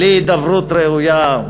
בלי הידברות ראויה,